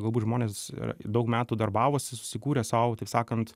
galbūt žmonės daug metų darbavosi susikūrė sau taip sakant